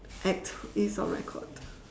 act is on record